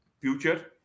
future